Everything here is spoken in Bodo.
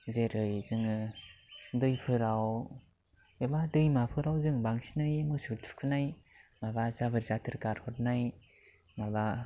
जेरै जोङो दैफोराव एबा दैमाफोराव जोङो बांसिनै मोसौ थुखैनाय माबा जाबोर जाथोर गारहरनाय माबा